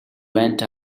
went